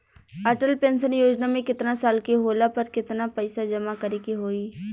Atal pension योजना मे केतना साल के होला पर केतना पईसा जमा करे के होई?